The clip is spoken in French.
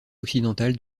occidentale